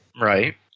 Right